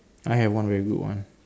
I have one very good one